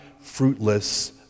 fruitless